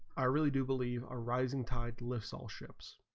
i really do believe are rising tide lifts all ships